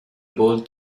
bol